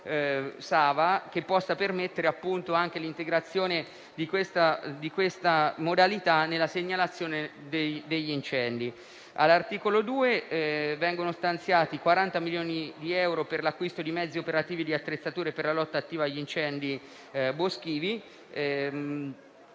che possa permettere appunto l'integrazione di questa modalità nella segnalazione degli incendi. All'articolo 2 vengono stanziati 40 milioni di euro per l'acquisto di mezzi operativi e di attrezzature per la lotta attiva agli incendi boschivi,